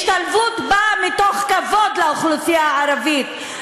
השתלבות באה מתוך כבוד לאוכלוסייה הערבית,